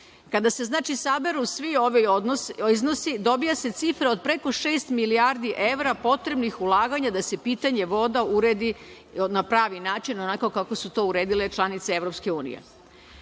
kada se saberu svi ovi iznosi, dobija se cifra od preko šest milijardi evra potrebnih ulaganja da se pitanje voda uredi na pravi način, onako kako su to uredile članice EU.Želim